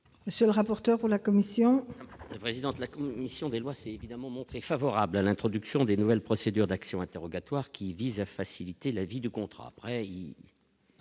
Monsieur le rapporteur pour la commission. Président de la com mission des lois, c'est évidemment montré favorable à l'introduction des nouvelles procédures d'action interrogatoires qui vise à faciliter la vie du contrat